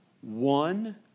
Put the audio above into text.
One